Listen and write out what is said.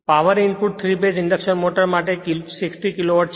power input 3 phase induction motor માટે 60 kilowatt છે